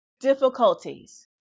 difficulties